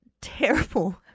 terrible